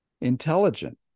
intelligent